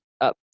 up